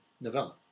novella